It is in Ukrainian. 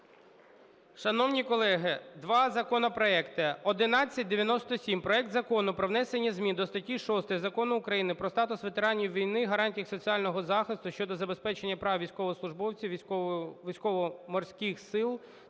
Шановні колеги, два законопроекти. 1197: проект Закону про внесення змін до статті 6 Закону України "Про статус ветеранів війни, гарантії їх соціального захисту" (щодо забезпечення прав військовослужбовців Військово-морських сил